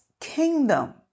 kingdom